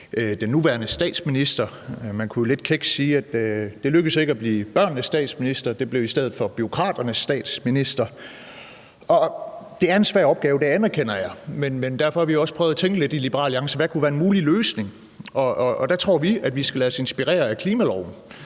den nuværende statsminister. Man kunne jo lidt kækt sige, at det ikke lykkedes at blive børnenes statsminister, men det blev i stedet bureaukraternes statsminister. Det er en svær opgave, det anerkender jeg, derfor har vi også i Liberal Alliance prøvet at tænke over, hvad en mulig løsning kunne være. Og der tror vi, at vi skal lade os inspirere af klimaloven,